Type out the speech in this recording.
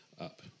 up